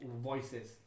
voices